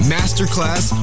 Masterclass